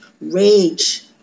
Rage